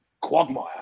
quagmire